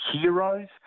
heroes